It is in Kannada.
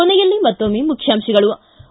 ಕೊನೆಯಲ್ಲಿ ಮತ್ತೊಮ್ಮೆ ಮುಖ್ಯಾಂಶಗಳು ಿ